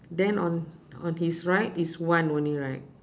then on on his right is one only right